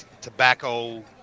tobacco